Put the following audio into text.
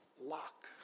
lock